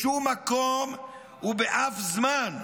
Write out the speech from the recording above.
בשום מקום ובאף זמן,